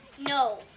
No